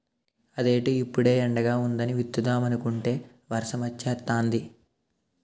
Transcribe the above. అదేటి ఇప్పుడే ఎండగా వుందని విత్తుదామనుకుంటే వర్సమొచ్చేతాంది